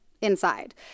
inside